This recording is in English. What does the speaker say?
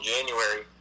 January